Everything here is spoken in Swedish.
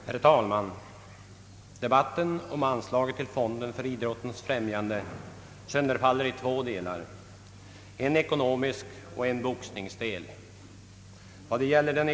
Herr talman! Debatten om anslaget till fonden för idrottens främjande sönderfaller i två delar, en ekonomisk del och en boxningsdel.